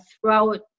throughout